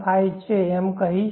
5 એમ કહીશ